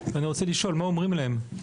אני רוצה לשאול מה אומרים להם?